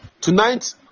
Tonight